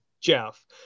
Jeff